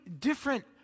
different